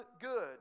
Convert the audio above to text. good